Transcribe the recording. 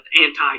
anti